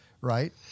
right